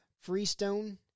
Freestone